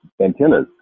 antennas